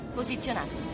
posizionato